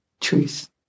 truth